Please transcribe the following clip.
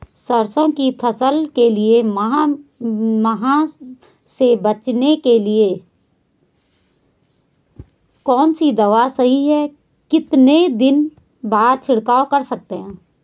सरसों की फसल के लिए माह से बचने के लिए कौन सी दवा सही है कितने दिन बाद छिड़काव कर सकते हैं?